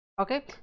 Okay